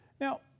Now